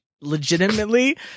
legitimately